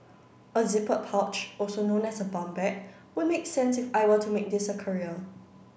a zippered pouch also known as a bum bag would make sense if I were to make this a career